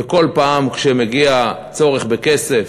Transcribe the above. וכל פעם כשמגיע צורך בכסף,